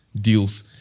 deals